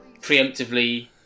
preemptively